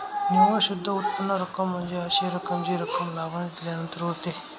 निव्वळ शुद्ध उत्पन्न रक्कम म्हणजे अशी रक्कम जी रक्कम लाभांश दिल्यानंतर उरते